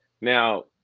now